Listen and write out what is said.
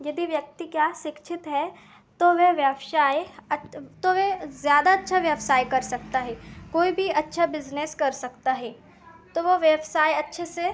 यदि व्यक्ति क्या शिक्षित है तो वे व्यवसाय तो वे ज़्यादा अच्छा व्यवसाय कर सकता है कोई भी अच्छा बिज़नेस कर सकता है तो वह व्यवसाय अच्छे से